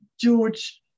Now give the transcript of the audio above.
George